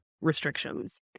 restrictions